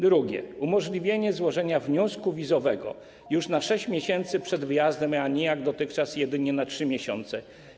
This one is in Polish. Druga zmiana: umożliwienie złożenia wniosku wizowego już na 6 miesięcy przed wyjazdem, a nie jak dotychczas jedynie na 3 miesiące.